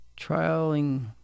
trialing